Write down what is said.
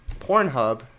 Pornhub